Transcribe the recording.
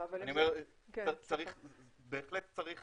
בהחלט צריך